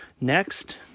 Next